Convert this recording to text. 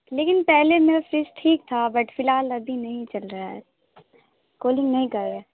لیکن پہلے میرا فرج ٹھیک تھا بٹ فی الحال ابھی نہیں چل رہا ہے کولنگ نہیں کر رہا ہے